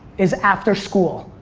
is after school.